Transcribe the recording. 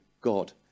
God